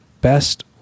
best